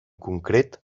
concret